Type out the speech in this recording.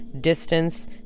distance